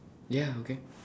ya okay